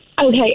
okay